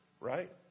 Right